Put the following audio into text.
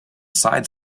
side